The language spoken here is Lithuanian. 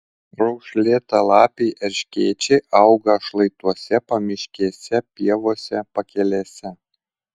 raukšlėtalapiai erškėčiai auga šlaituose pamiškėse pievose pakelėse